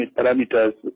parameters